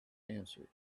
answered